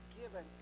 given